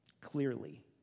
clearly